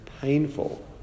painful